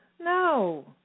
No